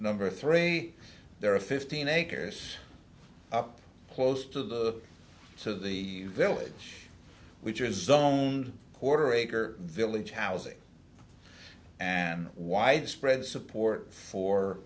number three there are fifteen acres up close to the to the village which is done quarter acre village housing an widespread support for